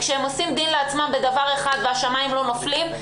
כשהם עושים דין לעצמם בדבר אחד והשמיים לא נופלים,